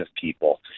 people